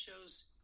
shows